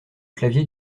clavier